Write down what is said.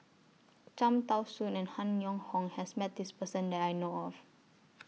Cham Tao Soon and Han Yong Hong has Met This Person that I know of